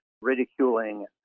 ridiculing